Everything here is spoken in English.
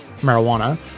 marijuana